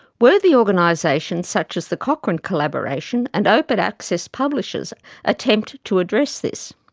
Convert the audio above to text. worthy organisations such as the cochrane collaboration and open access publishers attempt to address this.